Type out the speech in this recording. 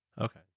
Okay